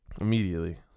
Immediately